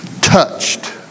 touched